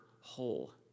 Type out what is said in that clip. whole